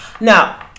Now